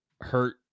hurt